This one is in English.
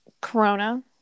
Corona